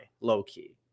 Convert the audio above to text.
low-key